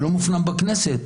ולא מופנם בכנסת.